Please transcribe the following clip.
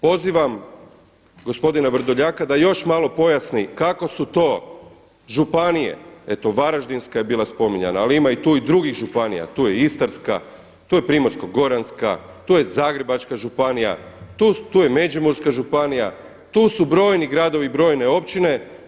Pozivam gospodina Vrdoljaka da još malo pojasni kako su to županije eto Varaždinska je bila spominjana ali ima tu i drugih županija tu je Istarska, tu je Primorsko-goranska, tu je Zagrebačka županija, tu je Međimurska županija, tu su brojni gradovi i brojene općina.